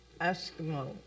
Eskimo